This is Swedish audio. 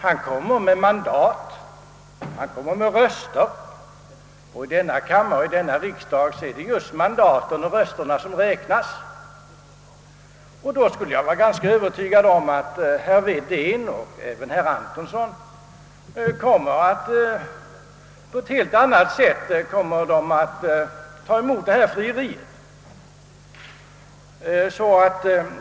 Han kommer med röster och mandat och i denna riksdag är det just rösterna och mandaten som räknas. Jag är ganska övertygad om att herr Wedén, och även herr Antonsson, i ett sådant läge på ett helt annat sätt kommer att acceptera herr Bohmans frieri.